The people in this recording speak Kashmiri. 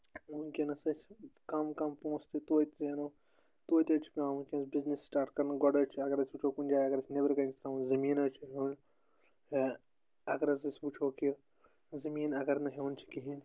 وُنٛکیٚس اسہِ کَم کَم پونٛسہٕ تہِ توتہِ زینو توتہِ حظ چھُ پیٚوان وُنٛکیٚس بِزنیٚس سِٹارٹ کَرُن گۄڈٕ حظ چھِ اگر أسۍ وُچھو کُنہِ جایہِ اَگر أسۍ نیٚبرٕ کٔنۍ چھِ ترٛاوُن زٔمیٖن حظ چھُ ہیٛون ٲں اَگر حظ أسۍ وُچھو کہِ زٔمیٖن اَگر نہٕ ہیٛون چھُ کِہیٖنۍ